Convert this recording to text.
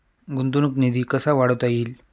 गुंतवणूक निधी कसा वाढवता येईल?